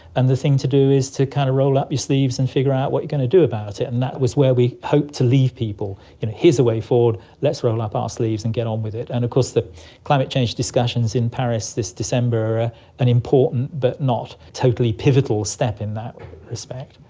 and the thing to do is to kind of roll up your sleeves and figure out what you're going to do about it. and that was where we hoped to leave people here's a way forward, let's roll up our sleeves and get on with it. and of course the climate change discussions in paris this december are an important important but not totally pivotal step in that respect.